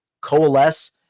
coalesce